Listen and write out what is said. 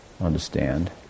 understand